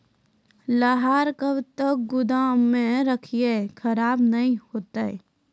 लहार कब तक गुदाम मे रखिए खराब नहीं होता?